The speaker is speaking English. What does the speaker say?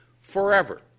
forever